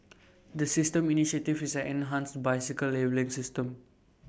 the system initiative is an enhanced bicycle labelling system